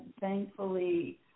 thankfully